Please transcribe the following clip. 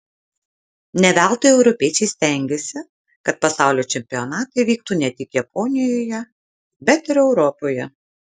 ne veltui europiečiai stengėsi kad pasaulio čempionatai vyktų ne tik japonijoje bet ir europoje